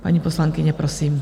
Paní poslankyně, prosím.